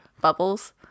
bubbles